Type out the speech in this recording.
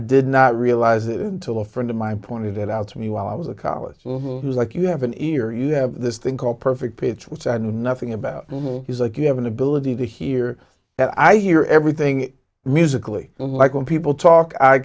did not realize it until a friend of mine pointed it out to me while i was a college who's like you have an ear you have this thing called perfect pitch which i know nothing about like you have an ability to hear that i hear everything musically like when people talk i